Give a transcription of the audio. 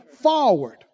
forward